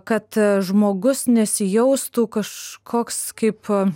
kad žmogus nesijaustų kažkoks kaip